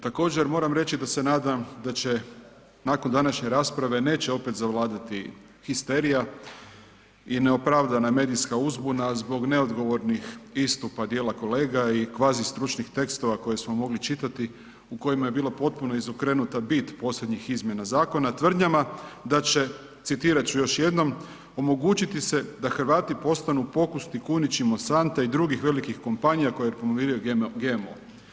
Također moram reći da će nakon današnje rasprave neće opet zavladati histerija i neopravdana medijska uzbuna zbog neodgovornih istupa dijela kolega i kvazi stručnih tekstova koje smo mogli čitati, u kojima je bila potpuno izokrenuta bit posljednjih izmjena zakona tvrdnjama da će, citirat ću još jednom, omogućiti se da Hrvati postanu pokusni kunići Monsanto i drugih velikih kompanija koje promoviraju GMO.